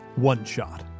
OneShot